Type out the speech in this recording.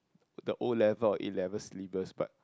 the O-level or A-level syllabus but